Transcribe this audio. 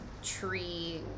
tree